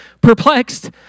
perplexed